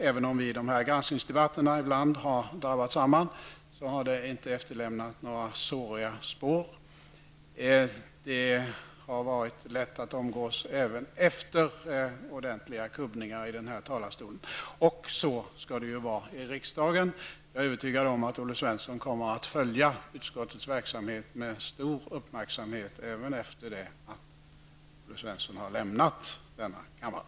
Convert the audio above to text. Även om vi i granskningsdebatterna ibland har drabbat samman, har det inte efterlämnat några såriga spår. Det har varit lätt att umgås även efter ordentliga kubbningar i denna talarstol, och så skall det ju vara i riksdagen. Jag är övertygad om att Olle Svensson kommer att följa utskottets verksamhet med stor uppmärksamhet även efter det att han har lämnat denna kammare.